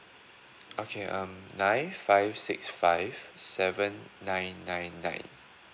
okay um nine five six five seven nine nine nine